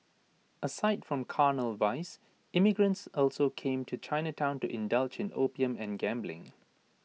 aside from carnal vice immigrants also came to Chinatown to indulge in opium and gambling